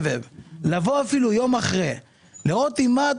לבוא אפילו יום אחרי סבב לחימה,